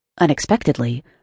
Unexpectedly